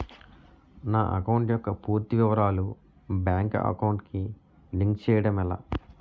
నా అకౌంట్ యెక్క పూర్తి వివరాలు బ్యాంక్ అకౌంట్ కి లింక్ చేయడం ఎలా?